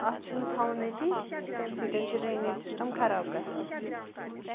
اَتھ چھُنہٕ تھاوُن أتی یہِ چھِ تَمہِ سۭتٮ۪ن چھُ ڈرٛنیٚج سِسٹَم خراب گژھان